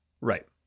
Right